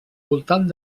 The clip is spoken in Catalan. voltant